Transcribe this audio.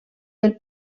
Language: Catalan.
del